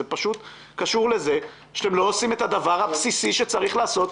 זה פשוט קשור לזה שאתם לא עושים את הדבר הבסיסי שצריך לעשות,